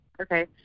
okay